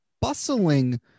bustling